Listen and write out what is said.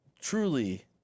truly